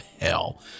hell